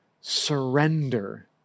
surrender